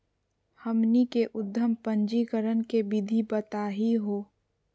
हमनी के उद्यम पंजीकरण के विधि बताही हो?